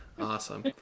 Awesome